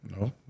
No